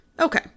Okay